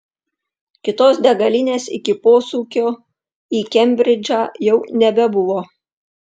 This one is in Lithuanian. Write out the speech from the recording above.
kitos degalinės iki posūkio į kembridžą jau nebebuvo